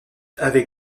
avec